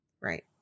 right